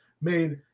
made